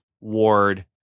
Ward